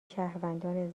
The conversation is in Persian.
شهروندان